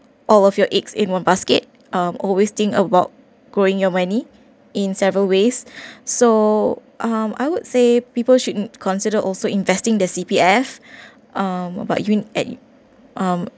all of your eggs in one basket um always think about growing your money in several ways so um I would say people should n~ consider also investing their C_P_F um about yun~ at um